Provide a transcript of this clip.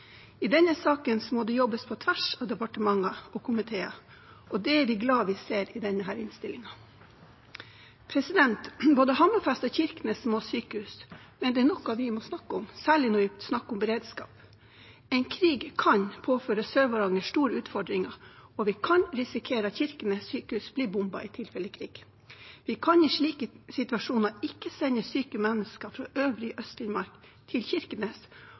i hverdagen. I denne saken må det jobbes på tvers av departementer og komiteer, og det er vi glad for at vi ser i denne innstillingen. Både Hammerfest og Kirkenes må ha sykehus, men det er noe vi må snakke om, særlig når vi snakker om beredskap. En krig kan påføre Sør-Varanger store utfordringer, og vi kan risikere at Kirkenes sykehus blir bombet i tilfelle krig. Vi kan i slike situasjoner ikke sende syke mennesker fra øvrige Øst-Finnmark til Kirkenes,